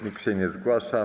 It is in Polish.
Nikt się nie zgłasza.